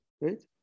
right